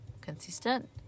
consistent